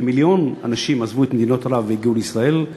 כמיליון אנשים עזבו את מדינות ערב והגיעו לישראל,